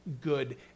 good